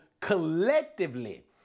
collectively